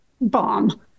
bomb